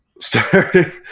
Starting